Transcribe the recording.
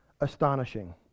astonishing